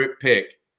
pick